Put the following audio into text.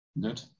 Good